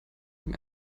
dem